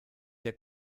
der